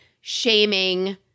shaming